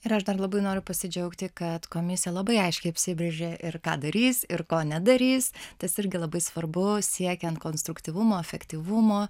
ir aš dar labai noriu pasidžiaugti kad komisija labai aiškiai apsibrėžė ir ką darys ir ko nedarys tas irgi labai svarbu siekiant konstruktyvumo efektyvumo